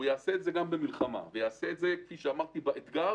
הוא יעשה את זה גם במלחמה וגם כשיש אתגרים.